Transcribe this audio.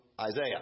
Isaiah